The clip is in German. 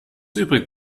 übrig